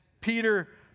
Peter